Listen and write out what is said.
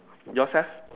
yours eh